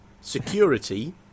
security